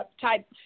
type